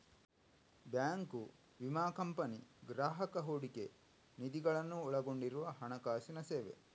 bank, ವಿಮಾ company, ಗ್ರಾಹಕ ಹೂಡಿಕೆ ನಿಧಿಗಳನ್ನು ಒಳಗೊಂಡಿರುವ ಹಣಕಾಸಿನ ಸೇವೆ